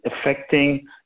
affecting